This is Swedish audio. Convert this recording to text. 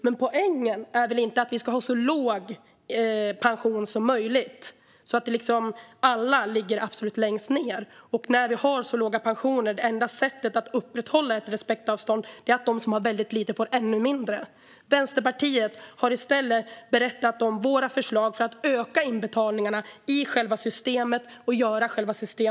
Men poängen är väl inte att vi ska ha så låg pension som möjligt så att alla ligger absolut längst ned och det enda sättet att upprätthålla ett respektavstånd blir att de som har väldigt lite får ännu mindre? Vänsterpartiet har i stället berättat om våra förslag för att öka inbetalningarna till systemet och göra det mer jämlikt.